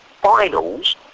finals